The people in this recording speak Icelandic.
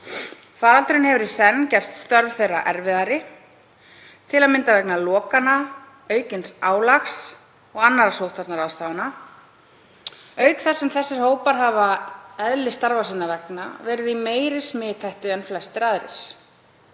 Faraldurinn hefur í senn gert störf þeirra erfiðari, til að mynda vegna lokana, aukins álags og annarra sóttvarnaráðstafana, auk þess sem þessir hópar hafa eðlis starfa sinna vegna verið í meiri smithættu en flestir aðrir.